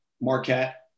Marquette